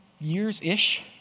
years-ish